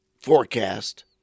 forecast